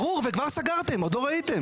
ברור וכבר סגרתם, עוד לא ראיתם.